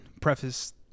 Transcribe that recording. preface